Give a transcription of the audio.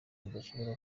badashobora